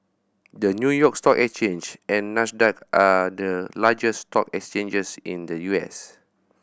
the New York Stock Exchange and Nasdaq are the largest stock exchanges in the U S